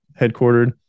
Headquartered